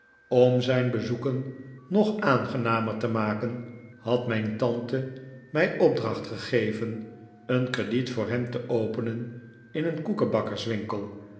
om zijn bezoeken nog aaneen geheimzinnige man genamer te maken had mijn tante mij opdracht gegeven een krediet voor hem te openen in een